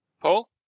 Paul